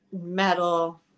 metal